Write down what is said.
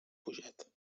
pujat